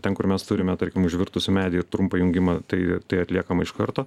ten kur mes turime tarkim užvirtusį medį ir trumpą jungimą tai tai atliekama iš karto